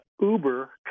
uber